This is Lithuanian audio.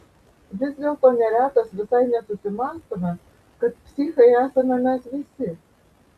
vis dėlto neretas visai nesusimąstome kad psichai esame mes visi